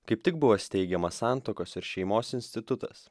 kaip tik buvo steigiamas santuokos ir šeimos institutas